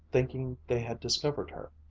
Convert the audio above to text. thinking they had discovered her.